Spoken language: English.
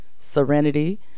serenity